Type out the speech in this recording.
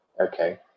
okay